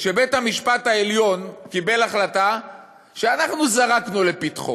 כשבית-המשפט העליון קיבל החלטה שאנחנו זרקנו לפתחו,